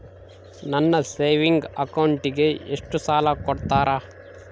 ನನ್ನ ಸೇವಿಂಗ್ ಅಕೌಂಟಿಗೆ ಎಷ್ಟು ಸಾಲ ಕೊಡ್ತಾರ?